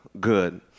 good